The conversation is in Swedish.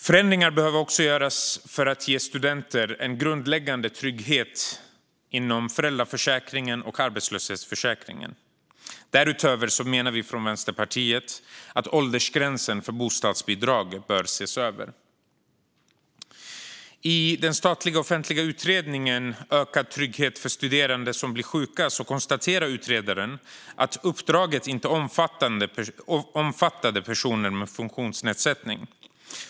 Förändringar behöver göras för att ge studenter en grundläggande trygghet inom föräldraförsäkringen och arbetslöshetsförsäkringen. Därutöver, menar Vänsterpartiet, behöver åldersgränsen för bostadsbidrag ses över. I den statliga offentliga utredningen Ökad trygghet för studerande som blir sjuka konstaterar utredaren att uppdraget inte omfattade personer med funktionsnedsättning.